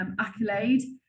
accolade